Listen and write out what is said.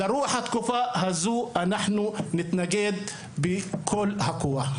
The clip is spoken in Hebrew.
לרוח התקופה הזו אנחנו נתנגד בכל הכוח.